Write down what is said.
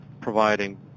providing